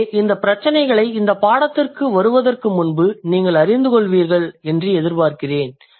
எனவே இந்த பிரச்சினைகளை இந்தப் பாடத்திற்கு வருவதற்கு முன்பு நீங்கள் அறிந்து கொள்வீர்கள் என்று எதிர்பார்க்கிறேன்